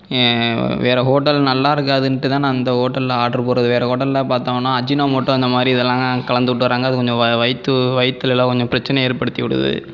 வேறு ஹோட்டல் நல்லா இருக்காதுன்னுட்டுதான் நான் இந்த ஹோட்டலில் ஆட்ரு போடுறது வேறு ஹோட்டலில் பார்த்தாங்கன்னா அஜினோமோட்டோ அந்தமாதிரி இதெல்லாம் கலந்து விட்டுறாங்க அது கொஞ்சம் வ வயிற்று வயிற்றுலலாம் கொஞ்சம் பிரச்சினை ஏற்படுத்திவிடுது